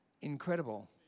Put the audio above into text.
incredible